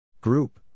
Group